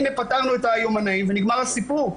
הנה פתרנו את היומנאים ונגמר הסיפור.